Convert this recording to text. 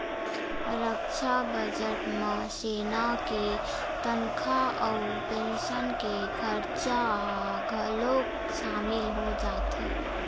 रक्छा बजट म सेना के तनखा अउ पेंसन के खरचा ह घलोक सामिल हो जाथे